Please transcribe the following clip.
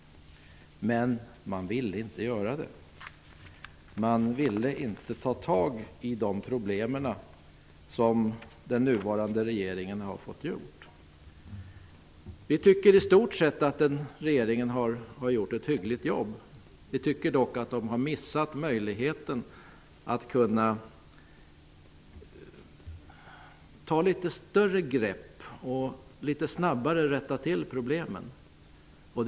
Men man ville inte göra det. Man ville inte ta tag i de problem som den nuvarande regeringen har fått göra. Vi tycker i stort sett att regeringen har gjort ett hyggligt jobb. Vi tycker dock att de har missat möjligheten att ta litet större grepp och rätta till problemen litet snabbare.